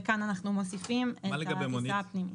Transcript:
וכאן אנחנו מוסיפים את הטיסה הפנימית.